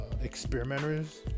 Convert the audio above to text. experimenters